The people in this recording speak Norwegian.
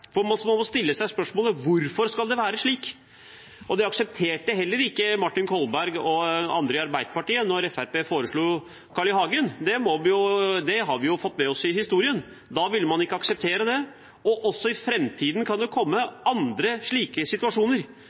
Man må stille seg spørsmålet: Hvorfor skal det være slik? Det aksepterte heller ikke representanten Martin Kolberg og andre i Arbeiderpartiet da Fremskrittspartiet foreslo Carl I. Hagen. Det har vi fått med oss i historien. Da ville man ikke akseptere det. Også i framtiden kan det komme slike situasjoner.